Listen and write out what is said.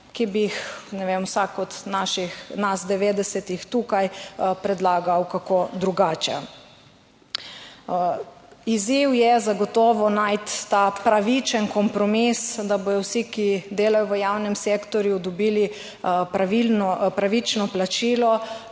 od naših, nas 90 tukaj predlagal kako drugače. Izziv je zagotovo najti ta pravičen kompromis, da bodo vsi, ki delajo v javnem sektorju dobili pravilno, pravično